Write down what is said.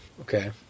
okay